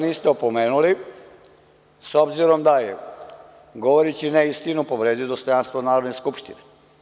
Niste ga opomenuli, s obzirom da je, govoreći neistinu, povredio dostojanstvo Narodne skupštine.